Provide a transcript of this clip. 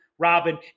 Robin